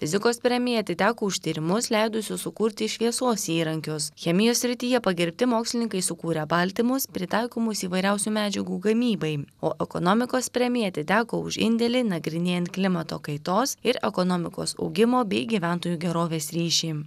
fizikos premija atiteko už tyrimus leidusius sukurti šviesos įrankius chemijos srityje pagerbti mokslininkai sukūrę baltymus pritaikomus įvairiausių medžiagų gamybai o ekonomikos premija atiteko už indėlį nagrinėjant klimato kaitos ir ekonomikos augimo bei gyventojų gerovės ryšį